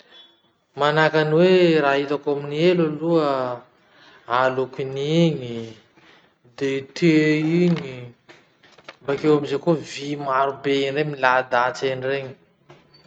Manahaky any hoe raha hitako amy elo aloha, alokin'igny, de tehy igny, bakeo amizay koa vy maro be regny milahadahatsy eny regny.